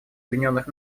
объединенных